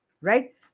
right